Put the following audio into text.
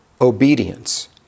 obedience